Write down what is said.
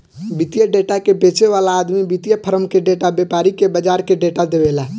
वित्तीय डेटा के बेचे वाला आदमी वित्तीय फार्म के डेटा, व्यापारी के बाजार के डेटा देवेला